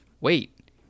wait